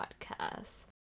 podcast